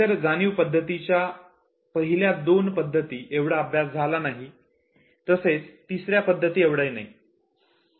इतर जाणीव पद्धतींचा पहिल्या दोन पद्धती एवढा अभ्यास झाला नाही तसेच तिसऱ्या पद्धती एवढाही नाही